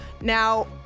Now